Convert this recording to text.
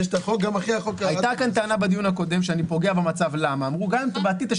עלתה טענה בדיון הקודם שגם אם בעתיד אני